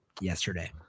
yesterday